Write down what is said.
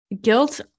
Guilt